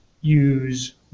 use